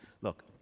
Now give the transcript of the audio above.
look